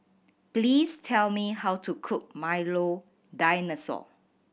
please tell me how to cook Milo Dinosaur